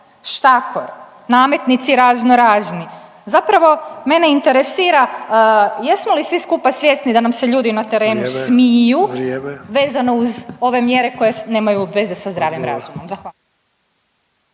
štakor, nametnici razno razni? Zapravo mene interesira jesmo li svi skupa svjesni da nam se ljudi na terenu smiju … …/Upadica Sanader: Vrijeme, vrijeme./… … vezano uz ove mjere koje nemaju veze sa zdravim razumom.